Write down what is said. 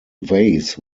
vase